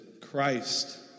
Christ